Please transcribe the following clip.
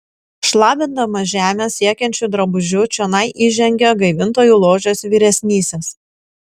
šlamindamas žemę siekiančiu drabužiu čionai įžengė gaivintojų ložės vyresnysis